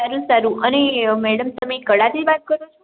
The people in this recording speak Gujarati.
સારું અને મેડમ તમે કળાથી વાત કરો છો